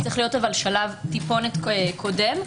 זה צריך להיות שלב טיפה קודם,